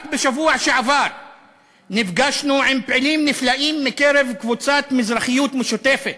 רק בשבוע שעבר נפגשנו עם פעילים נפלאים מקבוצת "מזרחיות משותפת".